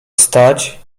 stać